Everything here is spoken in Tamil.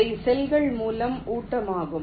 அவை செல்கள் மூலம் ஊட்டமாகும்